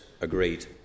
agreed